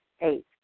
Eight